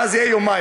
ואז יהיו יומיים,